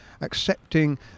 accepting